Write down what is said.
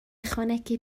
ychwanegu